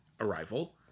Arrival